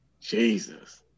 Jesus